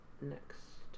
next